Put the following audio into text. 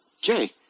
Jay